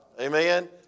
Amen